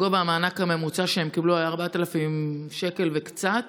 גובה המענק הממוצע שהם קיבלו היה 4,000 שקל וקצת.